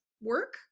work